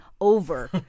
over